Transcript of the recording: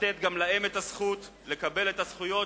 לתת גם להם את הזכות לקבל את הזכויות